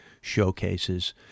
showcases